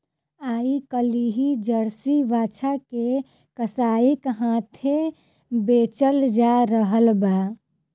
आइ काल्हि जर्सी बाछा के कसाइक हाथेँ बेचल जा रहल छै